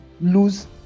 lose